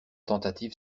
tentative